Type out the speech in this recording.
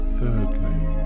Thirdly